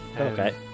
Okay